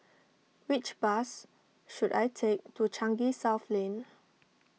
which bus should I take to Changi South Lane